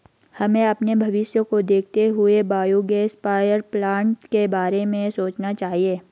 हमें अपने भविष्य को देखते हुए बायोगैस पावरप्लांट के बारे में सोचना चाहिए